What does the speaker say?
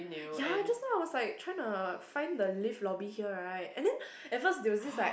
ya just now I was like trying to find the lift lobby here right and then at first there was this like